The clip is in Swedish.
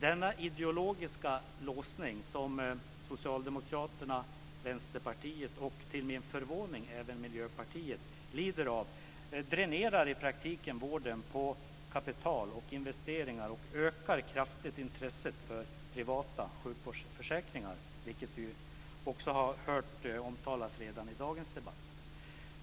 Denna ideologiska låsning som Socialdemokraterna, Vänsterpartiet och, till min förvåning, Miljöpartiet, lider av dränerar i praktiken vården på kapital och investeringar och ökar kraftigt intresset för privata sjukvårdsförsäkringar, vilket vi har hört omtalas i dagens debatt.